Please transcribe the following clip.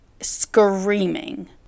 screaming